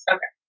Okay